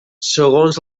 segons